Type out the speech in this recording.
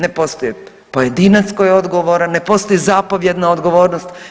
Ne postoji pojedinac koji je odgovoran, ne postoji zapovjedna odgovornost.